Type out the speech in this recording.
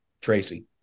Tracy